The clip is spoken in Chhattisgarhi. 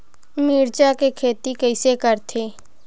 मिरचा के खेती कइसे करथे?